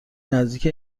نزدیک